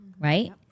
Right